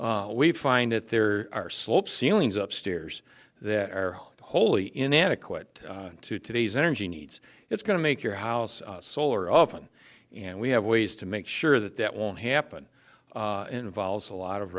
we find that there are slope ceilings up stairs that are wholly inadequate to today's energy needs it's going to make your house solar often and we have ways to make sure that that will happen involves a lot of